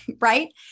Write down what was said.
right